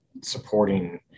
Supporting